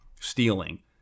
stealing